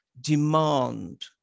demand